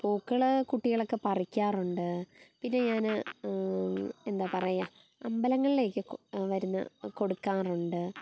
പൂക്കൾ കുട്ടികളൊക്കെ പറിക്കാറുണ്ട് പിന്നെ ഞാൻ എന്താ പറയാ അമ്പലങ്ങളിലേക്ക് വരുന്ന കൊടുക്കാറുണ്ട്